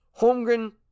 Holmgren